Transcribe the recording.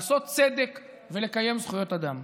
לעשות צדק ולקיים זכויות אדם.